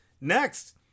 Next